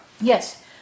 Yes